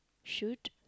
shoot